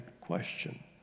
question